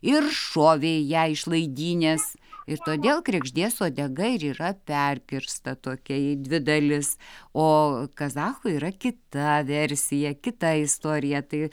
ir šovė į ją iš laidynės ir todėl kregždės uodega ir yra perkirsta tokia į dvi dalis o kazachai yra kita versija kita istorija tai